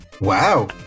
Wow